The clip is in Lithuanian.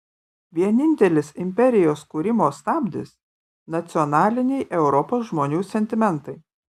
vienintelis imperijos kūrimo stabdis nacionaliniai europos žmonių sentimentai